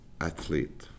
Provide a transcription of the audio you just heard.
athlete